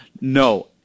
No